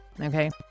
okay